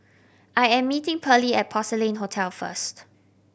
I am meeting Pearlie at Porcelain Hotel first